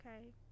okay